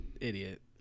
idiot